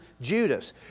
Judas